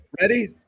Ready